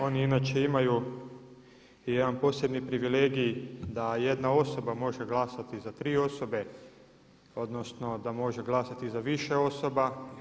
Oni inače imaju i jedan posebni privilegij da jedna osoba može glasati za tri osobe odnosno da može glasati za više osoba.